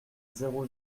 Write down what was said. zéro